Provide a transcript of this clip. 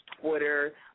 Twitter